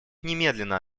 немедленно